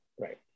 Right